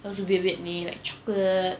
it was vividly like chocolate